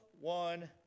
one